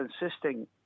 insisting